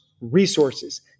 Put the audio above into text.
resources